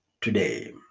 today